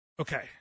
Okay